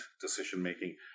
decision-making